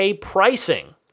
pricing